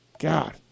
God